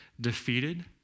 defeated